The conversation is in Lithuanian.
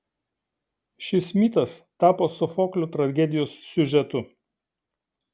šis mitas tapo sofoklio tragedijos siužetu